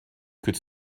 could